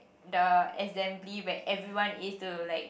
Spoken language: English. the assembly where everyone is to like